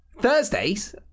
Thursdays